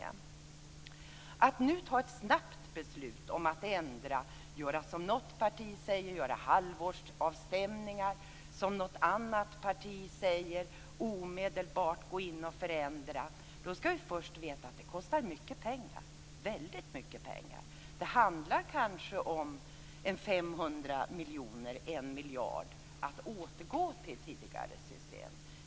Innan vi fattar ett snabbt beslut om att ändra, att som något parti säger göra halvårsavstämningar, som något annat parti säger omedelbart gå in och förändra, skall vi först veta att det kostar väldigt mycket pengar. Det handlar kanske om 500 miljoner-1 miljard att återgå till tidigare system.